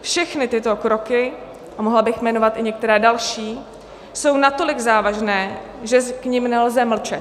Všechny tyto kroky a mohla bych jmenovat i některé další jsou natolik závažné, že k nim nelze mlčet.